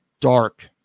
dark